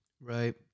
Right